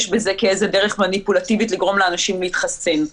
בזה כאיזה דרך מניפולטיבית לגרום לאנשים להתחסן.